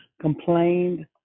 complained